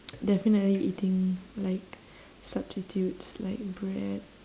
definitely eating like substitutes like bread